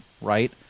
Right